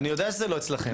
אני יודע שזה לא אצלכם.